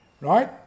right